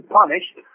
punished